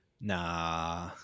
Nah